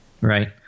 right